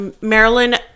Marilyn